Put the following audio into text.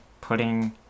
putting